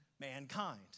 mankind